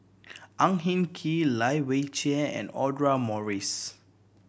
Ang Hin Kee Lai Weijie and Audra Morrice